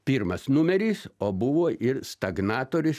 pirmas numeris o buvo ir stagnatorius